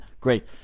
Great